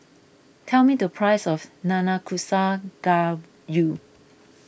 tell me the price of Nanakusa Gayu